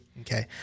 Okay